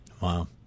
Wow